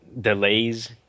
delays